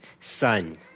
son